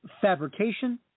fabrication